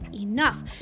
Enough